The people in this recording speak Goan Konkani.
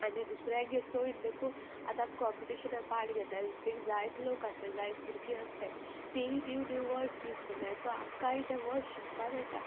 आनी दुसऱ्यांगे चोयन इन देकून आतां आमी कॉम्पिटिशनांक पार्ट घेताय थिंगां जायतो लोक आसताय जायत भुरगीं आसताय तियी नीव नीव वर्ड्स यूज कोत्ताय सो आमकांय ते वर्ड्स शिकपा मेळटा